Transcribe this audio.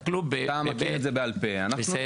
אתה מכיר את זה בעל פה, אנחנו לא.